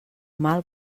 mal